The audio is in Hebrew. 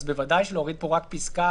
אז בוודאי שלהוריד פה רק פסקה,